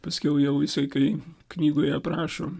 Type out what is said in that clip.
paskiau jau jisai kai knygoje aprašo